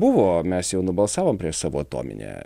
buvo mes jau nubalsavom prieš savo atominę